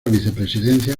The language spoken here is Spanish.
vicepresidencia